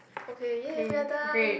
okay yay we are done